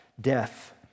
death